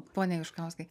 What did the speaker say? pone juškauskai